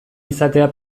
izatea